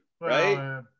right